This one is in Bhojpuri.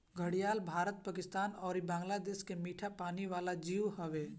घड़ियाल भारत, पाकिस्तान अउरी बांग्लादेश के मीठा पानी वाला जीव हवे